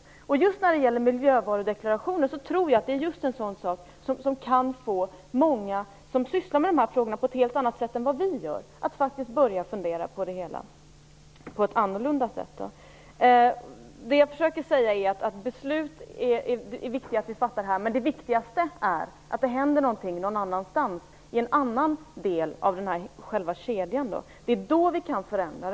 Jag tror att det just är en sak som miljövarudeklarationer som kan få många som sysslar med dessa frågor på ett helt annat sätt än vad vi gör att faktiskt börja fundera på ett annorlunda sätt. Det jag försöker säga är att det är viktigt att vi fattar beslut här, men det viktigaste är att det händer någonting någon annanstans, i en annan del av kedjan. Det är då vi kan förändra.